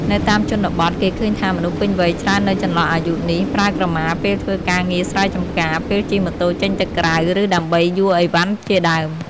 នៅតាមជនបទ គេឃើញថាមនុស្សពេញវ័យច្រើននៅចន្លោះអាយុនេះ ប្រើក្រមាពេលធ្វើការងារស្រែចម្ការ ពេលជិះម៉ូតូចេញទៅក្រៅ ឬ ដើម្បីយួរឥវ៉ាន់ជាដើម។